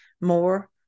more